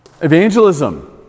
evangelism